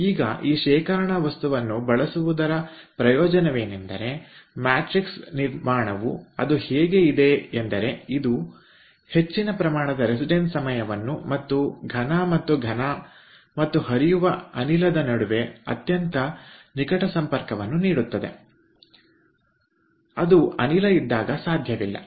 ಈಗ ಈ ಶೇಖರಣಾ ವಸ್ತುವನ್ನು ಬಳಸುವುದರ ಪ್ರಯೋಜನವೇನೆಂದರೆ ವ್ಯೂಹದ ನಿರ್ಮಾಣವು ಅದು ಹೇಗೆ ಇದೆ ಎಂದರೆ ಇದು ಹೆಚ್ಚಿನ ಪ್ರಮಾಣದ ರೆಸಿಡೆನ್ಸ್ ಸಮಯವನ್ನು ಮತ್ತು ಘನ ಮತ್ತು ಘನ ಮತ್ತು ಹರಿಯುವ ಅನಿಲದ ನಡುವೆ ಅತ್ಯಂತ ನಿಕಟ ಸಂಪರ್ಕವನ್ನು ನೀಡುತ್ತದೆ ಅದು ಅನಿಲ ಇದ್ದಾಗ ಸಾಧ್ಯವಿಲ್ಲ